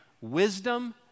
Wisdom